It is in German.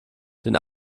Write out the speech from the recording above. den